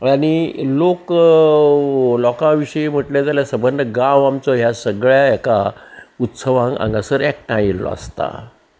आनी लोक लोकां विशीं म्हटलें जाल्यार सबंद गांव आमचो ह्या सगळ्या एका उत्सवक हांगासर एकठांय येयल्लो आसता